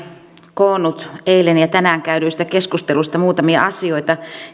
koonnut eilen ja tänään käydyistä keskusteluista muutamia asioita